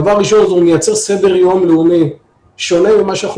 הוא מייצר סדר יום לאומי שונה מזה שאנחנו